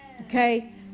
Okay